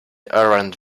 orange